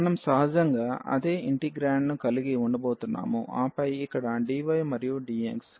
మనం సహజంగా అదే ఇంటెగ్రాండ్ ను కలిగి ఉండబోతున్నాము ఆపై ఇక్కడ dy మరియు dx